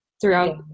throughout